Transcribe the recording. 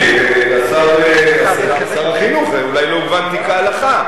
שר החינוך, אולי לא הובנתי כהלכה.